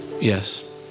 Yes